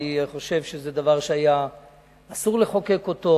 אני חושב שזה דבר שהיה אסור לחוקק אותו,